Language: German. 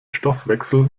stoffwechsel